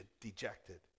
dejected